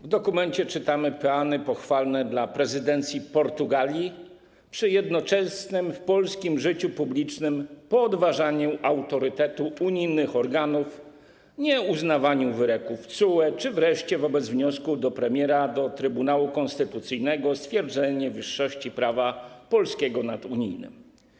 W dokumencie czytamy peany pochwalne dla prezydencji Portugalii przy jednoczesnym w polskim życiu publicznym podważaniu autorytetu unijnych organów, nieuznawaniu wyroków TSUE czy wreszcie wobec wniosku premiera do Trybunału Konstytucyjnego o stwierdzenie wyższości prawa polskiego nad unijnym.